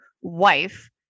wife